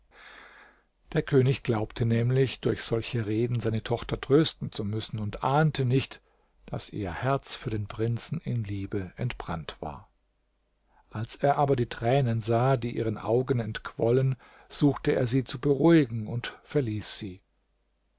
der könig glaubte nämlich durch solche reden seine tochter trösten zu müssen und ahnte nicht daß ihr herz für den prinzen in liebe entbrannt war als er aber die tränen sah die ihren augen entquollen suchte er sie zu beruhigen und verließ sie